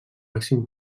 màxim